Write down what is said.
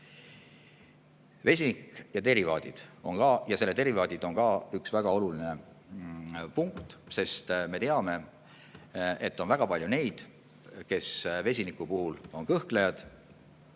vesinikku. Vesinik ja selle derivaadid on ka üks väga oluline punkt, sest me teame, et on väga palju neid, kes vesiniku puhul on kõhklejad,